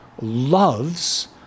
loves